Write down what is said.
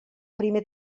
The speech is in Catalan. primer